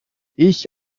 ich